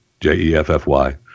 j-e-f-f-y